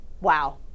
wow